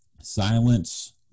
silence